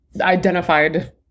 identified